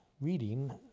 reading